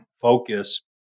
focus